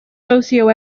socio